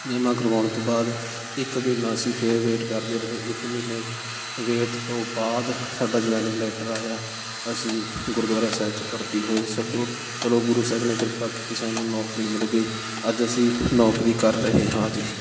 ਜਮ੍ਹਾਂ ਕਰਵਾਉਣ ਤੋਂ ਬਾਅਦ ਇੱਕ ਮਹੀਨਾ ਅਸੀਂ ਫਿਰ ਵੇਟ ਕਰਦੇ ਰਹੇ ਇੱਕ ਮਹੀਨੇ ਵੇਟ ਤੋਂ ਬਾਅਦ ਸਾਡਾ ਜੋਇਨਿੰਗ ਲੈਟਰ ਆਇਆ ਅਸੀਂ ਗੁਰਦੁਆਰਾ ਸਾਹਿਬ 'ਚ ਭਰਤੀ ਹੋਏ ਸਡੂ ਚਲੋ ਗੁਰੂ ਸਾਹਿਬ ਨੇ ਕਿਰਪਾ ਕੀਤੀ ਸਾਨੂੰ ਨੌਕਰੀ ਮਿਲ ਗਈ ਅੱਜ ਅਸੀਂ ਨੌਕਰੀ ਕਰ ਰਹੇ ਹਾਂ ਜੀ